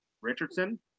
Richardson